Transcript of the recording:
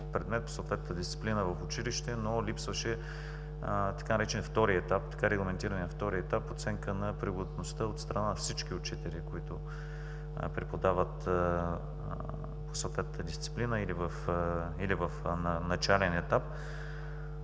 предмет, по съответната дисциплина в училище, но липсваше така регламентирания втори етап – оценка на пригодността от страна на всички учители, които преподават по съответната дисциплина, или в начален етап.